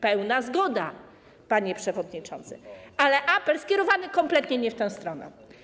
Pełna zgoda, panie przewodniczący, ale apel jest skierowany kompletnie nie w tę stronę.